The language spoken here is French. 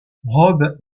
rob